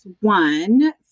One